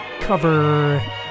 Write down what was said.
cover